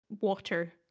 water